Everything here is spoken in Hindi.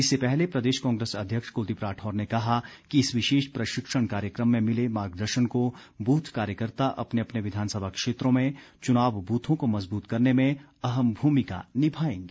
इससे पहले प्रदेश कांग्रेस अध्यक्ष कुलदीप राठौर ने कहा कि इस विशेष प्रशिक्षण कार्यक्रम में मिले मार्गदर्शन को बूथ कार्यकर्ता अपने अपने विधानसभा क्षेत्रों में चुनाव बूथों को मजबूत करने में अहम भूमिका निभाएंगे